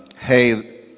hey